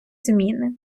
зміни